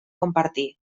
compartir